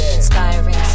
inspiring